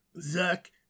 Zach